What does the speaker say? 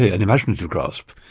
an imaginative grasp,